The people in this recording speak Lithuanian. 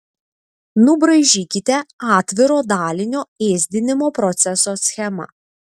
nubraižykite atviro dalinio ėsdinimo proceso schemą